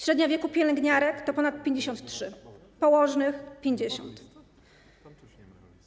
Średnia wieku pielęgniarek to ponad 53 lata, położnych - 50 lat.